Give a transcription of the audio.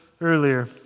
earlier